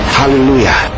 hallelujah